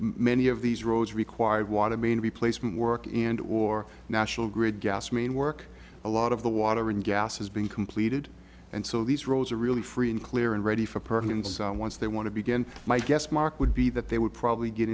many of these roads required water main replacement work and or national grid gas main work a lot of the water and gas has been completed and so these roads are really free and clear and ready for persons once they want to begin my guess mark would be that they would probably get